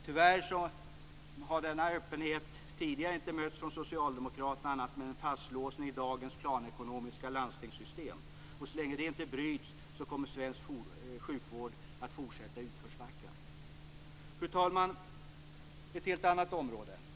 Tyvärr har denna öppenhet inte mötts av någonting annat än socialdemokraternas fastlåsning i det planekonomiska landstingssystemet. Så länge som detta inte bryts kommer svensk sjukvård att fortsätta i utförsbacken. Fru talman! Nu över till ett helt annat område.